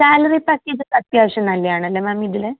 salary package അത്യാവശ്യം നല്ലതാണ് അല്ലെ മാം ഇതിൽ